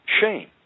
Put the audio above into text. shame